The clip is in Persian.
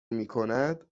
میکند